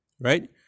right